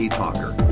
talker